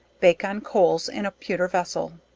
bake on coals in a pewter vessel.